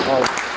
Hvala.